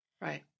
Right